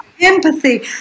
empathy